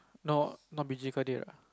no not